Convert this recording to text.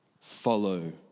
Follow